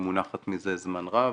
היא מונחת מזה זמן רב,